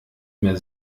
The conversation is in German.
mehr